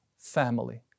family